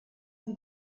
sie